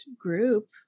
group